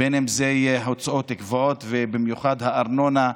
ובין אם זה הוצאות קבועות, ובמיוחד הארנונה,